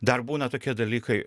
dar būna tokie dalykai